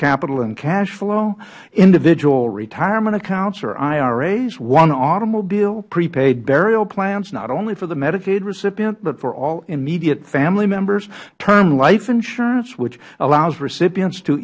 capital and cash flow individual retirement accounts or iras one automobile prepaid burial plans not only for the medicaid recipient but for all immediate family members term life insurance which allows recipients to